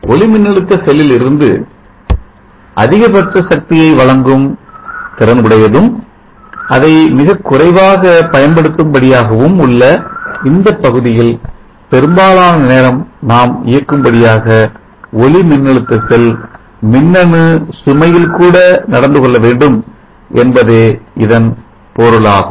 ஒளி மின்னழுத்த செல்லிலிருந்து அதிகபட்ச சக்தியை வழங்கும் திறன் உடையதும் அதை மிகக் குறைவாக பயன்படுத்தும் படியாகவும் உள்ள இந்த பகுதியில் பெரும்பாலான நேரம் நாம் இயக்கும் படியாக ஒளிமின்னழுத்த செல் மின்னணு சுமையில் கூட நடந்துகொள்ளவேண்டும் என்பதே இதன் பொருளாகும்